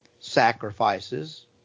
sacrifices